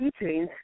keychains